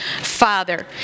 Father